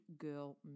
girl